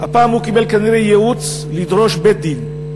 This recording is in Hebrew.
הפעם הוא כנראה קיבל ייעוץ, לדרוש בית-דין.